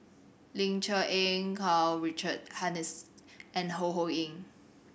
Ling Cher Eng Karl Richard Hanitsch and Ho Ho Ying